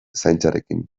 zaintzarekin